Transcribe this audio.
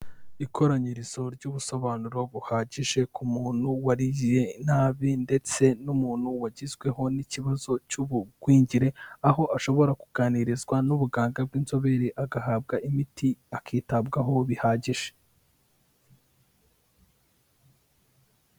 Ikoranyirizo ry'ubusobanuro buhagije ku muntu wariye nabi, ndetse n'umuntu wagizweho n'ikibazo cy'ubugwingire, aho ashobora kuganirizwa n'ubuganga bw'inzobere, agahabwa imiti akitabwaho bihagije.